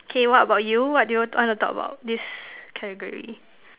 K what about you what do you want to talk about this category